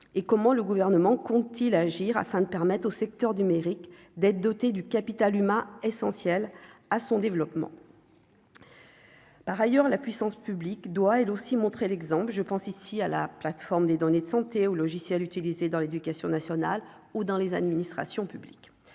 et comment le gouvernement compte-t-il agir afin de permettre au secteur du mérite d'être doté du capital humain essentiel à son développement. Par ailleurs, la puissance publique doit elle aussi montrer l'exemple, je pense ici à la plateforme des données de santé au logiciel utilisé dans l'éducation nationale ou dans les administrations publiques,